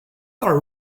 are